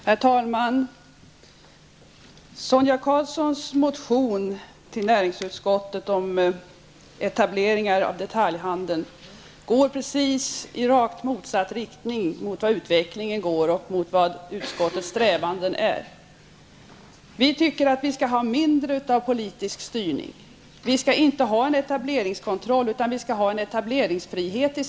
Herr talman! Förslaget i Sonia Karlssons motion till näringsutskottet om etablering av detaljhandel går i rakt motsatt riktning mot utvecklingen och mot utskottets strävanden. Vi tycker att vi skall ha mindre av politisk styrning. Vi skall i Sverige inte ha etableringskontroll, utan vi skall ha etableringsfrihet.